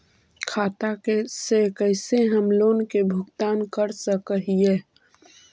खाता से कैसे हम लोन के भुगतान कर सक हिय?